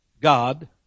God